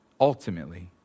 ultimately